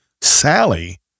Sally